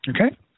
Okay